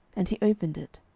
and he opened it.